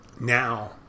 now